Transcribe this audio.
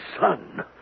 son